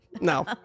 No